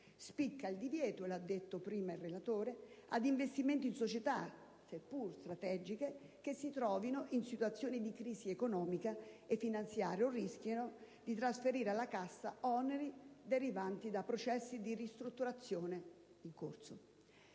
spicca il divieto - l'ha detto prima il relatore - ad investimenti in società, seppur strategiche, che si trovino in situazioni di crisi economica e finanziaria o rischino di trasferire alla Cassa oneri derivanti da processi di ristrutturazione in corso.